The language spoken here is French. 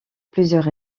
plusieurs